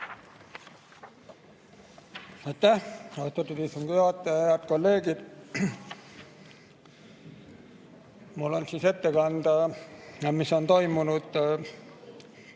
Mul on siis ette kanda, mis on toimunud